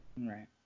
Right